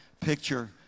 picture